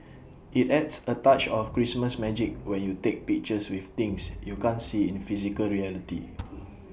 IT adds A touch of Christmas magic when you take pictures with things you can't see in physical reality